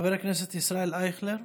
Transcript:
חבר הכנסת ישראל אייכלר,